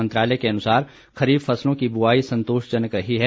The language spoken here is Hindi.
मंत्रालय के अनुसार खरीफ फसलों की बुआई संतोषजनक रही है